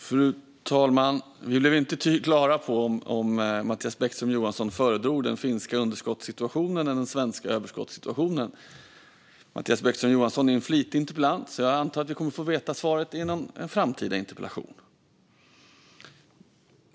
Fru talman! Jag blev inte klar över om Mattias Bäckström Johansson föredrar den finska underskottssituationen eller den svenska överskottssituationen. Men Mattias Bäckström Johansson är en flitig interpellant, så jag antar att vi kommer att få veta svaret i en framtida interpellationsdebatt.